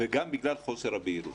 וגם בגלל חוסר הבהירות.